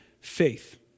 faith